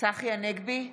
צחי הנגבי,